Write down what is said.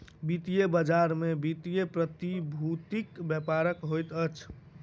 वित्तीय बजार में वित्तीय प्रतिभूतिक व्यापार होइत अछि